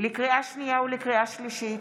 לקריאה שנייה ולקריאה שלישית,